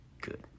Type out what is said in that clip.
good